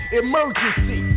emergency